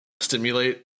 stimulate